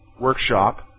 workshop